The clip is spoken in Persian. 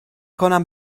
کنم